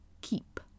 keep